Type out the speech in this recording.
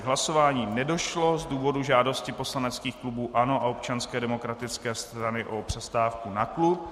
K hlasování nedošlo z důvodu žádosti poslaneckých klubů ANO a Občanské demokratické strany o přestávku na klub.